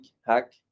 hack